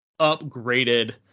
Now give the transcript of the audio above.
upgraded